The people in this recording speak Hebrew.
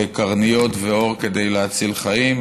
קרניות ועור, כדי להציל חיים.